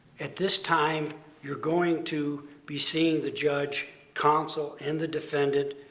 at this time you're going to be seeing the judge, counsel, and the defendant